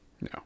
No